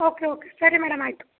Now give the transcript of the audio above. okay okay ಸರಿ madam ಆಯಿತು